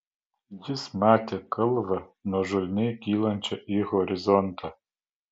jis matė kalvą nuožulniai kylančią į horizontą